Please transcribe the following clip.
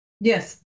Yes